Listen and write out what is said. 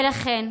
ולכן,